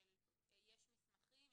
שיש מסמכים,